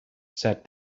said